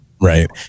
Right